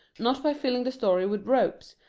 not by filling the story with ropes,